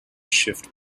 shift